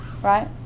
right